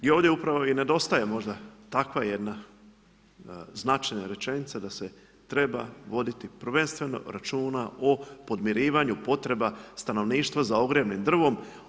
I ovdje upravo i nedostaje možda takva jedna značajna rečenica da se treba voditi prvenstveno računa o podmirivanju potreba stanovništva za ogrjevnim drvom.